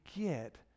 get